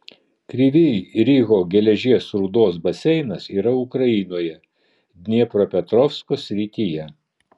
kryvyj riho geležies rūdos baseinas yra ukrainoje dniepropetrovsko srityje